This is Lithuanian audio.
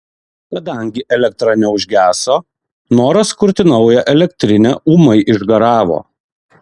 kadangi elektra neužgeso noras kurti naują elektrinę ūmai išgaravo